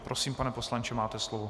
Prosím, pane poslanče, máte slovo.